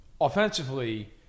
Offensively